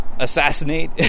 assassinate